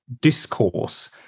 discourse